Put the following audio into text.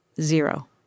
zero